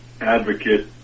advocate